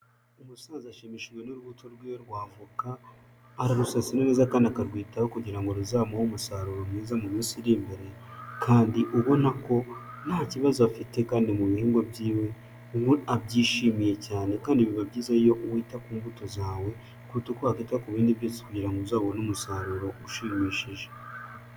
Umusaza ashimishijwe n'urubuto rw'iwe rw'avoka, ararusasira neza kandi akarwitaho kugira ngo ruzamuhe umusaruro mwiza mu minsi iri imbere, kandi ubona ko nta kibazo afite, kandi mu bihingwa by'iwe we abyishimiye cyane; kandi biba byiza iyo wita ku mbuto zawe, kuruta uko wakwita ku bindi byose kugira ngo uzabone umusaruro ushimishije.